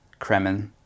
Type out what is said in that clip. Kremen